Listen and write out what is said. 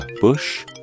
Bush